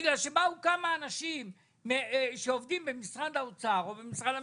בגלל שבאו כמה אנשים שעובדים במשרד האוצר או במשרד המשפטים,